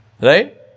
Right